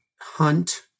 hunt